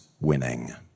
winning